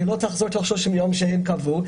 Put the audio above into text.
היא לא תחזור תוך 30 ימים כפי שהם קבעו.